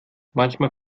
manchmal